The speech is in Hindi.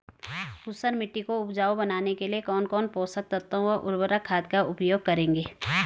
ऊसर मिट्टी को उपजाऊ बनाने के लिए कौन कौन पोषक तत्वों व उर्वरक खाद का उपयोग करेंगे?